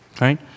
Right